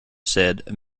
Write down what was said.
said